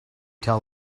tell